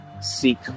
seek